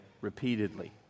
repeatedly